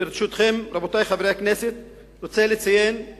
ברשותכם, רבותי חברי הכנסת, אני רוצה לציין את